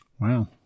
Wow